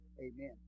Amen